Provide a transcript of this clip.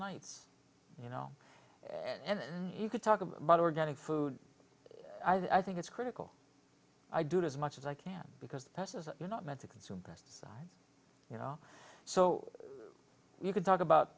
nights you know and then you could talk about organic food i think it's critical i do it as much as i can because you're not meant to consume pests you know so you can talk about